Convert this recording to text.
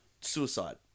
suicide